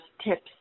tips